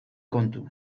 kontu